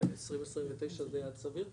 2029 זה יעד סביר?